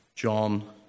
John